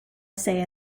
say